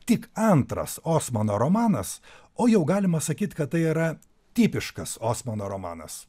tik antras osmano romanas o jau galima sakyt kad tai yra tipiškas osmano romanas